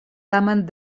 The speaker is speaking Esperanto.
tamen